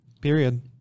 Period